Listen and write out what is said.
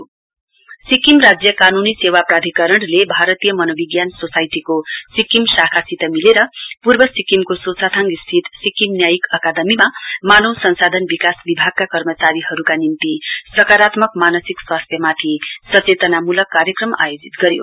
Sikkim legal services Sikkim राज्य कानूनी सेवा प्राधिकरणले भारतीय मनोविज्ञान सोसाइटीको सिक्किम शाखासित मिलेर प्रर्व सिक्किमको सोछाथाङ स्थित सिक्किम न्यायिक अकादमीमा मानवल संसाधन विकास विभागका कर्मचारीहरुका निम्ति सकारत्मक स्वास्थ्यमाथि सचेतनामूलक कार्यक्रम आयोजित गर्यो